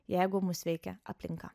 jeigu mus veikia aplinka